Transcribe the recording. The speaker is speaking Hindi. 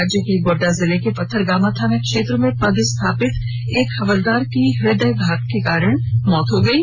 राज्य के गोड्डा जिले के पथरगामा थाना क्षेत्र में पदस्थापित एक हवलदार की हदयाघात के कारण मौत हो गयी